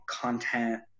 content